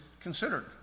considered